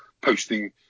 posting